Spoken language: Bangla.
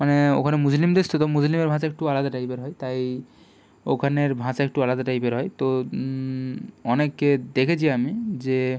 মানে ওখানে মুসলিম দেশ তো তাই মুসলিমের ভাষা একটু আলাদা টাইপের হয় তাই ওখানের ভাষা একটু আলাদা টাইপের হয় তো অনেককে দেখেছি আমি যে